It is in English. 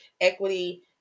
equity